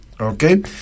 Okay